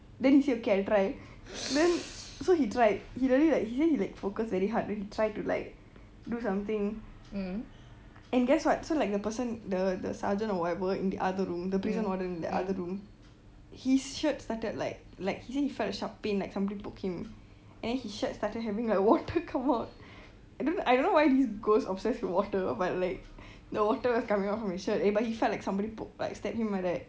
then he said okay I'll try then so he tried he really like focus very hard then he try to like do something and guess what so the person the sergeant or whatever the prison warden in the other room his shirt started like like he say he felt a sharp pain like somebody poke him and then he shirt started having like water come out I don't I don't know why this ghost obsessed with water but like the water coming out from his shirt eh but he felt like somebody poke like stab him like that